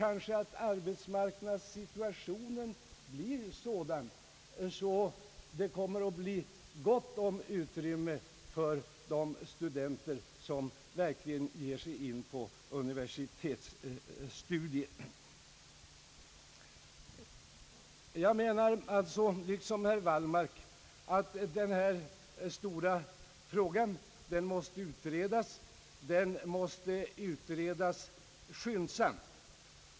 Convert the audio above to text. Arbetsmarknadssituationen blir kanske sådan att det kommer att finnas gott om utrymme för de studenter som verkligen ger sig på universitetsstudier. Jag menar alltså som herr Wallmark att denna stora fråga måste utredas och utredas skyndsamt.